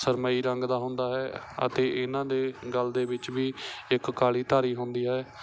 ਸਰਮਈ ਰੰਗ ਦਾ ਹੁੰਦਾ ਹੈ ਅਤੇ ਇਹਨਾਂ ਦੇ ਗਲ ਦੇ ਵਿੱਚ ਵੀ ਇੱਕ ਕਾਲੀ ਧਾਰੀ ਹੁੰਦੀ ਹੈ